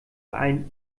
allen